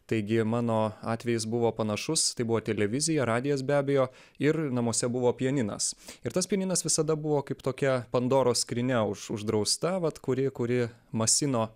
taigi mano atvejis buvo panašus tai buvo televizija radijas be abejo ir namuose buvo pianinas ir tas pianinas visada buvo kaip tokia pandoros skrynia už uždrausta vat kuri kuri masino